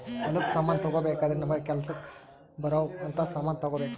ಹೊಲಕ್ ಸಮಾನ ತಗೊಬೆಕಾದ್ರೆ ನಮಗ ಕೆಲಸಕ್ ಬರೊವ್ ಅಂತ ಸಮಾನ್ ತೆಗೊಬೆಕು